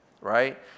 right